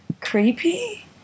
creepy